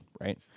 Right